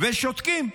ושותקים.